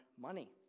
money